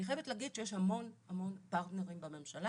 אני חייבת להגיד שיש המון פרטנרים בממשלה